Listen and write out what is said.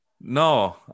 No